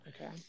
Okay